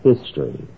history